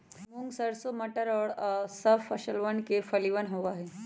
मूंग, सरसों, मटर और सब फसलवन के फलियन होबा हई